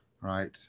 Right